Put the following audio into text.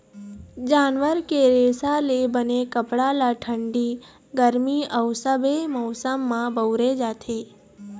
जानवर के रेसा ले बने कपड़ा ल ठंडी, गरमी अउ सबे मउसम म बउरे जाथे